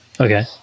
Okay